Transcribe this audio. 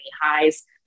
highs